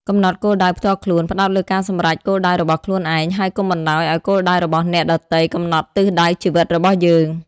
កំណត់គោលដៅផ្ទាល់ខ្លួន ផ្តោតលើការសម្រេចគោលដៅរបស់ខ្លួនឯង ហើយកុំបណ្តោយឲ្យគោលដៅរបស់អ្នកដទៃកំណត់ទិសដៅជីវិតរបស់យើង។